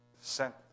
sent